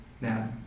Now